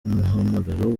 umuhamagaro